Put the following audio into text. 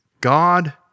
God